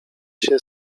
się